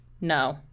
No